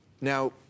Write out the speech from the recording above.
now